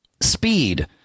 speed